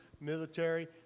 military